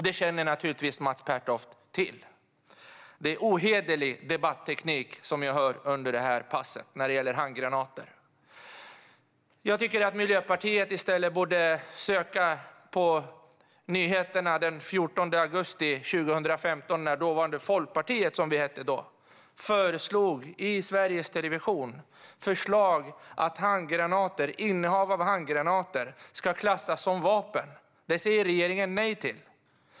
Det känner naturligtvis Mats Pertoft till. Det är en ohederlig debatteknik som jag hör under detta pass när det gäller handgranater. Jag tycker att Miljöpartiet i stället borde lyssna på nyheterna den 14 augusti 2015 när dåvarande Folkpartiet, som vi hette då, i Sveriges Television föreslog att innehav av handgranater ska klassas som vapeninnehav. Det säger regeringen nej till.